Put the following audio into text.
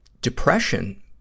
depression